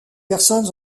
personnes